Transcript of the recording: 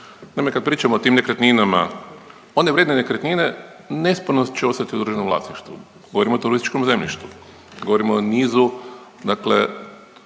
No, kad pričamo o tim nekretninama one vrijedne nekretnine nesporno će ostati u državnom vlasništvu. Govorim o turističkom zemljištu, govorimo o nizu dakle